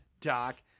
Doc